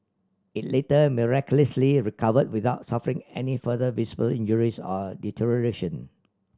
it later miraculously recovered without suffering any further visible injuries or deterioration